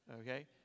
Okay